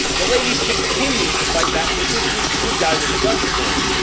the ladies continue to fight back with this weeks good guy with a gun story.